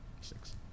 Six